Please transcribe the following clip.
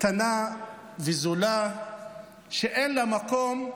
קטנה וזולה שאין לה מקום,